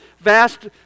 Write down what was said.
vast